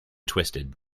twisted